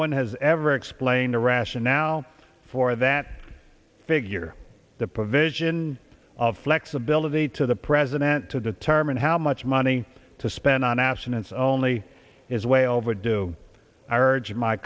one has ever explained the rationale for that figure the provision of flexibility to the president to determine how much money to spend on abstinence only is way overdue i urge my